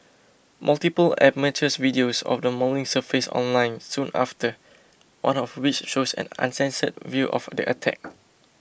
multiple amateurs videos of the mauling surfaced online soon after one of which shows an uncensored view of the attack